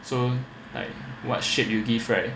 so like what shape you give right